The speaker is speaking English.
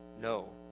no